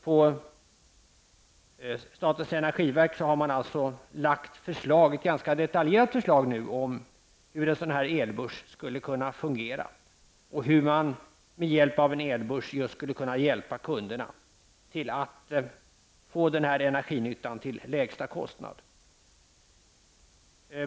På statens energiverk har man lagt fram ett ganska detaljerat förslag om hur en sådan här elbörs skulle kunna fungera och hur man med en elbörs skulle kunna hjälpa kunderna att få energinytta till lägsta kostnad.